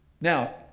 Now